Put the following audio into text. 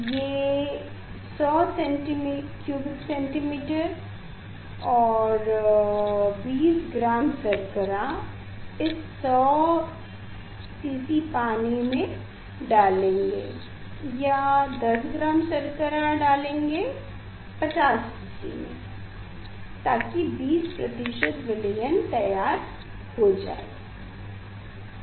ये 100cc और अब 20 ग्राम शर्करा इस 100cc पानी में डालेंगे या 10ग्राम शक्कर डालेंगे 50cc में ताकि 20 विलयन तैयार करने के लिए